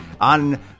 on